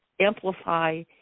amplify